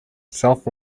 south